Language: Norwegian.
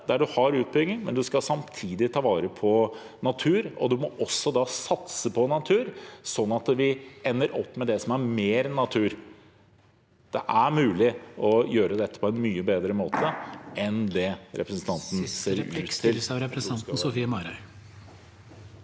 der en har utbygging, men en skal samtidig ta vare på natur, og en må da også satse på natur, slik at vi ender opp med mer natur. Det er mulig å gjøre dette på en mye bedre måte (presidenten klubber)